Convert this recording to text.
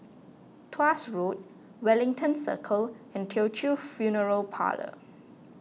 Tuas Road Wellington Circle and Teochew Funeral Parlour